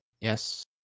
Yes